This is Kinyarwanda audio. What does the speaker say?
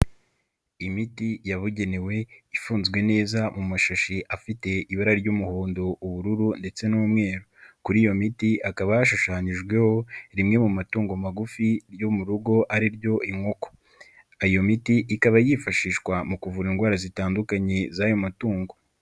Imiti yabugenewe ifunzwe neza mu mashashi afite ibara ry'umuhondo, ubururu ndetse n'umweru, kuri iyo miti hakaba yashushanyijweho rimwe mu matungo magufi yo mu rugo ari ryo inkoko, iyo miti ikaba yifashishwa mu kuvura indwara zitandukanye z'ayo matungo.